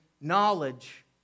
knowledge